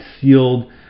sealed